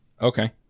Okay